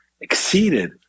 exceeded